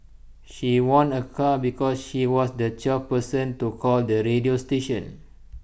she won A car because she was the twelfth person to call the radio station